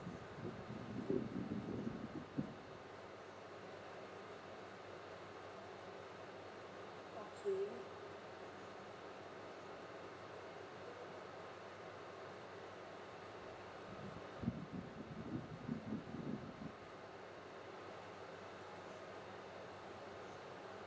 okay